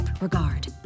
regard